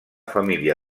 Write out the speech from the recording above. família